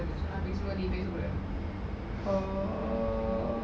so நான் பேசும் போது நீ பேச கூடாது:naan peasum bothu nee peasa kudathu